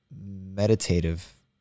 meditative